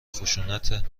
خشونت